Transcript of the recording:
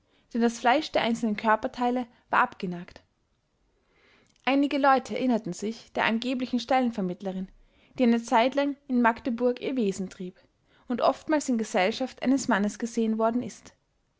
denn das fleisch der einzelnen körperteile war abgenagt einige leute erinnerten sich der angeblichen stellenvermittlerin die eine zeitlang in magdeburg ihr wesen trieb und oftmals in gesellschaft eines mannes gesehen worden ist